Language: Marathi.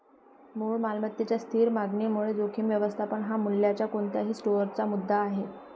मूळ मालमत्तेच्या स्थिर मागणीमुळे जोखीम व्यवस्थापन हा मूल्याच्या कोणत्याही स्टोअरचा मुद्दा आहे